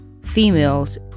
females